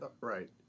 Right